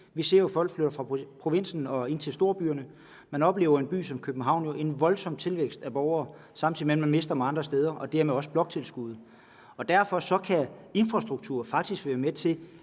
Vi ser jo, at folk flytter fra provinsen ind til storbyerne. Man oplever jo i en by som København en voldsom tilvækst af borgere, samtidig med at man mister dem andre steder og dermed også bloktilskuddet. Derfor kan infrastruktur faktisk være med til